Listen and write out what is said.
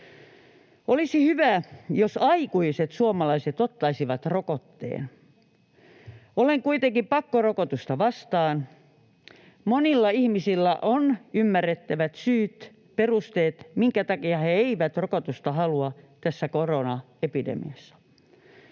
Olisi hyvä, jos aikuiset suomalaiset ottaisivat rokotteen. Olen kuitenkin pakkorokotusta vastaan. Monilla ihmisillä on ymmärrettävät syyt, perusteet, minkä takia he eivät rokotusta halua tässä koronaepidemiassa.